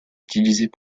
utilisés